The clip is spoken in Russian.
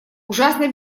ужасно